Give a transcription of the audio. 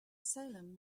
salem